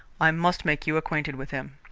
i must make you acquainted with him.